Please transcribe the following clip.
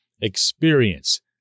experience